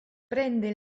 prende